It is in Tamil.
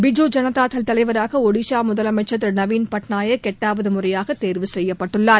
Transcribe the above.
பிஜூ ஜனதாதள் தலைவராக ஒடிசா முதலமைச்சள் திரு நவின் பட்னாயக் எட்டாவது முறையாக தேர்வு செய்யப்பட்டுள்ளார்